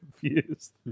confused